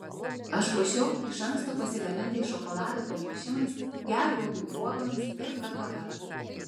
aš puošiau iš anksto pasigamintais šokolado papuošimais gervuogių uogomis ir kakava